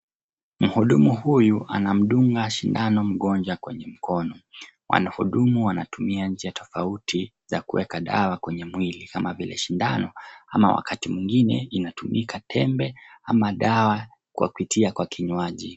Mhudumu huyu anamdunga sindano mgonjwa kwenye mkono, anahudumu anatumia njia tofauti za kuweka dawa kwenye mwili kama vile sindano ama wakati mwingine inatumika tembe ama dawa kwa kutia kwa kinywaji.